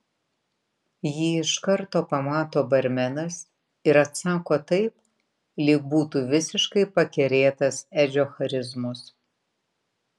jį iš karto pamato barmenas ir atsako taip lyg būtų visiškai pakerėtas edžio charizmos